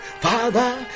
father